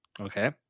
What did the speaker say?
Okay